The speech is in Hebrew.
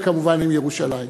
וכמובן עם ירושלים.